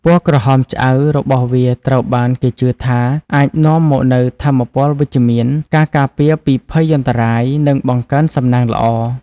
ពណ៌ក្រហមឆ្អៅរបស់វាត្រូវបានគេជឿថាអាចនាំមកនូវថាមពលវិជ្ជមាន ការការពារពីភយន្តរាយ និងបង្កើនសំណាងល្អ។